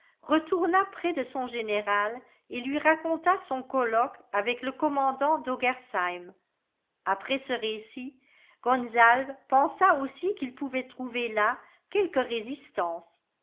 retourna près de son général et lui raconta son colloque avec le commandant d'ogersheim après ce récit gonzalve pensa aussi qu'il pouvait trouver là quelque résistance